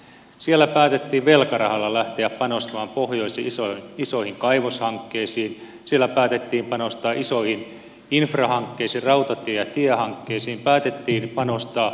siellä päätettiin velkarahalla lähteä panostamaan pohjoisen isoihin kaivoshankkeisiin siellä päätettiin panostaa isoihin infrahankkeisiin rautatie ja tiehankkeisiin päätettiin panostaa tuotekehitykseen ja niin edelleen